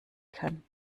kann